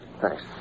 Thanks